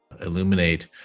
illuminate